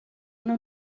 una